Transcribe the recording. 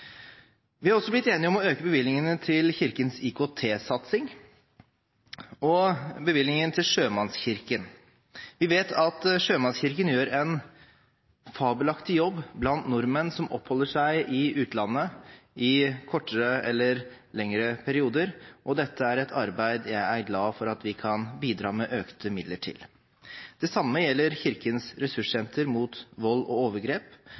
vi får se. Vi har også blitt enige om å øke bevilgningene til Kirkens IKT-satsing og bevilgningen til Sjømannskirken. Vi vet at Sjømannskirken gjør en fabelaktig jobb blant nordmenn som oppholder seg i utlandet i kortere eller lengre perioder, og dette er et arbeid jeg er glad for at vi kan bidra med økte midler til. Det samme gjelder Kirkens Ressurssenter mot vold og seksuelle overgrep,